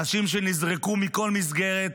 אנשים שנזרקו מכל מסגרת,